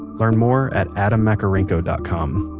learn more at adammakarenko dot com.